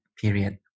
period